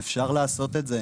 אפשר לעשות את זה.